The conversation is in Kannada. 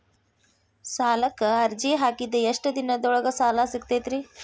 ಸಾಲಕ್ಕ ಅರ್ಜಿ ಹಾಕಿದ್ ಎಷ್ಟ ದಿನದೊಳಗ ಸಾಲ ಸಿಗತೈತ್ರಿ?